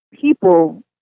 people